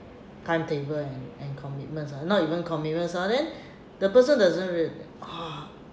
timetable and and commitment ah not even commitments lah then the person doesn't re~ ah